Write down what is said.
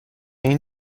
این